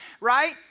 right